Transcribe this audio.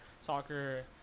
soccer